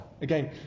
Again